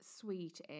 sweet